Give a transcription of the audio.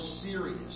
serious